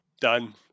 Done